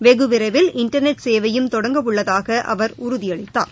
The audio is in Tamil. வெகுவிரைவில் இண்டர்நெட் சேவையும் தொடங்க உள்ளதாக அவர் உறுதியளித்தார்